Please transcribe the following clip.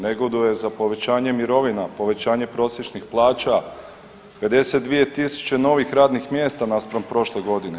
Negoduje za povećanje mirovina, povećanje prosječnih plaća, 52.000 novih radnih mjesta naspram prošle godine.